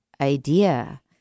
idea